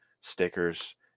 stickers